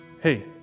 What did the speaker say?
hey